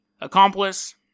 accomplice